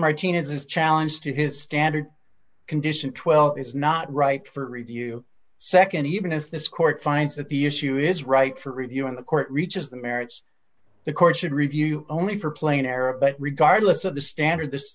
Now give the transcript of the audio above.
martinez's challenge to his standard condition twelve is not right for review nd even if this court finds that the issue is right for reviewing the court reaches the merits the court should review only for playing era but regardless of the standard this